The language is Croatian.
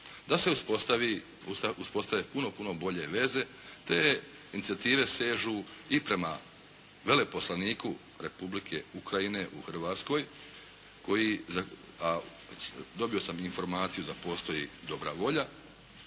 uspostave puno, puno, puno bolje veze. Te inicijative sežu i prema veleposlaniku Republike Ukrajine u Hrvatskoj koji, a dobio sam informaciju da postoji dobra volja.